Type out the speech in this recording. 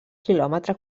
quilòmetre